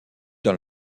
dans